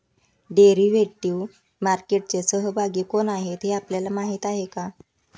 Derivative मार्केटचे सहभागी कोण आहेत हे आपल्याला माहित आहे का?